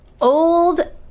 old